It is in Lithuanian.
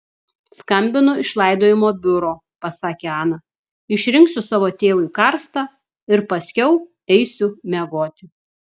skambinu iš laidojimo biuro pasakė ana išrinksiu savo tėvui karstą ir paskiau eisiu miegoti